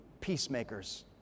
peacemakers